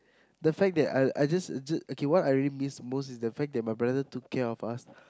the fact that I I just just okay what I really miss most is the fact that my brother took care of us